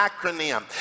acronym